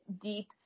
deep